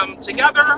together